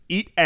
Eat